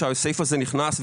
כשהסעיף הזה נכנס,